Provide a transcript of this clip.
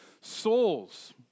souls